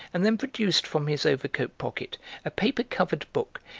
and then produced from his overcoat pocket a paper-covered book,